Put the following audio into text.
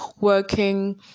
working